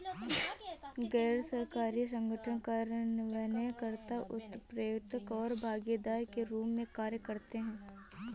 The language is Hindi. गैर सरकारी संगठन कार्यान्वयन कर्ता, उत्प्रेरक और भागीदार के रूप में कार्य करते हैं